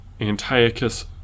Antiochus